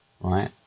right